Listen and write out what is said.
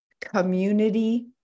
community